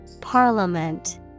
Parliament